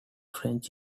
french